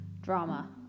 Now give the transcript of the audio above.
drama